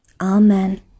Amen